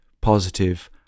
positive